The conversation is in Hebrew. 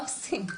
מה עושים?